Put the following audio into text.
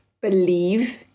believe